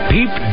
Peep